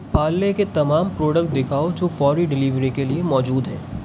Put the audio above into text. پارلے کے تمام پروڈکٹ دکھاؤ جو فوری ڈیلیوری کے لیے موجود ہیں